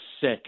sick